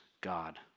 God